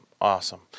awesome